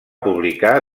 publicar